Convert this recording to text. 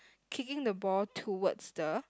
kicking the ball towards the